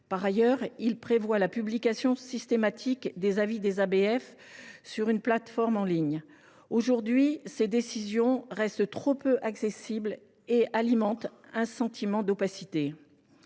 par ailleurs la publication systématique des avis des ABF sur une plateforme en ligne. Aujourd’hui, ces décisions restent trop peu accessibles, ce qui alimente un sentiment d’opacité.